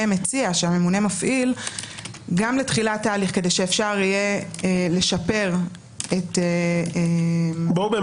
מפעיל גם לתחילת ההליך כדי שאפשר יהיה לשפר- -- את מעלה